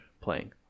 playing